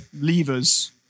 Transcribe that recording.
levers